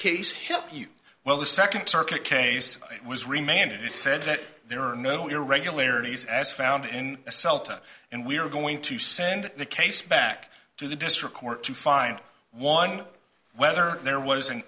case help you well the second circuit case it was remanded it said that there are no irregularities as found in a celta and we are going to send the case back to the district court to find one whether there was an